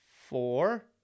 four